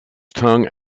tongue